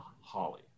Holly